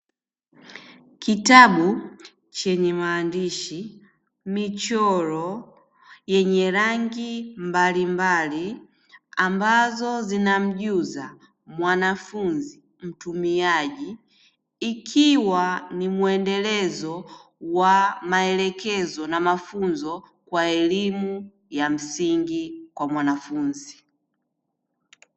Kitabu chenye maandishi, michoro yenye rangi mbalimbali, ambazo zinamjuza mwanafunzi mtumiaji, ikiwa ni muendelezo wa maelekezo na mafunzo kwa elimu ya msingi kwa mwanafunzi.